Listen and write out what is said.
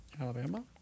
Alabama